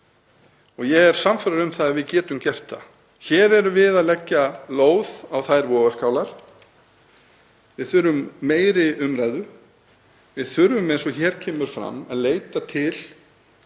og ég er sannfærður um að við getum gert það. Hér erum við að leggja lóð á þær vogarskálar. Við þurfum meiri umræðu. Við þurfum, eins og hér kemur fram, að leita